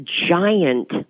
giant